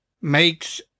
makes